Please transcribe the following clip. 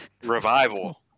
revival